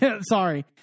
Sorry